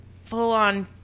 full-on